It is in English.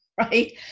right